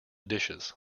dishes